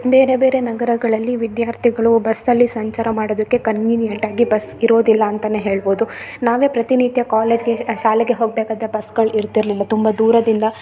ಬೇರೆ ಬೇರೆ ನಗರಗಳಲ್ಲಿ ವಿದ್ಯಾರ್ಥಿಗಳು ಬಸ್ಸಲ್ಲಿ ಸಂಚಾರ ಮಾಡೋದಕ್ಕೆ ಕನ್ವಿನಿಯೆಂಟ್ ಆಗಿ ಬಸ್ಸ್ ಇರೋದಿಲ್ಲ ಅಂತಾನೆ ಹೇಳ್ಬೌದು ನಾವೇ ಪ್ರತಿನಿತ್ಯ ಕಾಲೇಜ್ಗೆ ಶಾಲೆಗೆ ಹೋಗಬೇಕಾದ್ರೆ ಬಸ್ಗಳು ಇರ್ತಿರಲಿಲ್ಲ ತುಂಬ ದೂರದಿಂದ